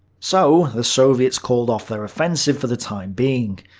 so the soviets called off their offensive for the time being.